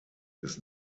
ist